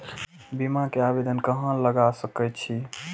बीमा के आवेदन कहाँ लगा सके छी?